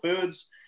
foods